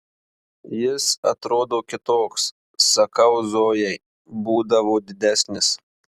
jis atrodo kitoks sakau zojai būdavo didesnis